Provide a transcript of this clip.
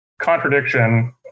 contradiction